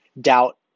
doubt